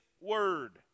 Word